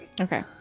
Okay